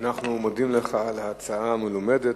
אנחנו מודים לך על ההרצאה המלומדת.